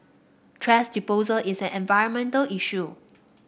thrash disposal is an environmental issue